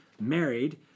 married